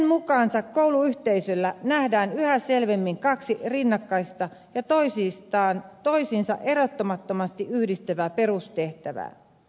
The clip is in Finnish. hänen mukaansa kouluyhteisöllä nähdään yhä selvemmin kaksi rinnakkaista ja toisiinsa erottamattomasti yhdistyvää perustehtävää